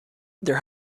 there